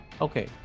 Okay